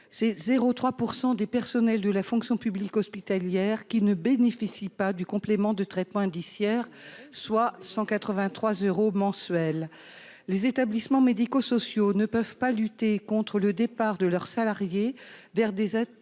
c'est 0 3 % des personnels de la fonction publique hospitalière qui ne bénéficient pas du complément de traitement indiciaire soit 183 euros mensuels les établissements médico-sociaux ne peuvent pas lutter contre le départ de leurs salariés vers des aides